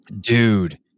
Dude